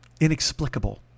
Inexplicable